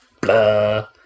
Blah